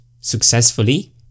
successfully